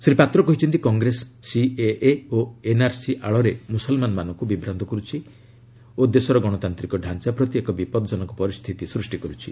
ଶ୍ରୀ ପାତ୍ର କହିଛନ୍ତି କଂଗ୍ରେସ ସିଏଏ ଓ ଏନ୍ଆର୍ସି ଆଳରେ ମୁସଲମାନମାନଙ୍କୁ ବିଭ୍ରାନ୍ତ କରୁଛି ଦେଶର ଗଣତାନ୍ତିକ ଢାଞ୍ଚା ପ୍ରତି ଏକ ବିପଦଜନକ ପରିସ୍ଥିତି ସୃଷ୍ଟି କରୁଛି